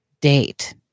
date